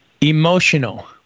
Emotional